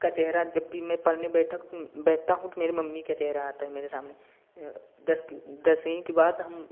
का चेहरा जब भी मैं पढ़ने बैठक बैठता हूँ तो मेरे मम्मी का चेहरा आता है मेरे सामने दस दसवीं के बाद हम